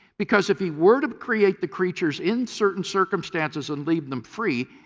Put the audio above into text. because if he were to create the creatures in certain circumstances and leave them free,